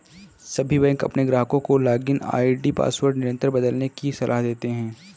सभी बैंक अपने ग्राहकों को लॉगिन आई.डी पासवर्ड निरंतर बदलने की सलाह देते हैं